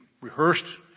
rehearsed